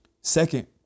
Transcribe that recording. Second